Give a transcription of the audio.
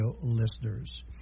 listeners